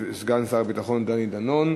ישיב סגן שר הביטחון דני דנון.